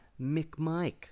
McMike